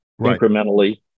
incrementally